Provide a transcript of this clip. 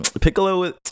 piccolo